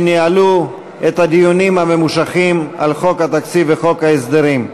שניהלו את הדיונים הממושכים על חוק התקציב וחוק ההסדרים.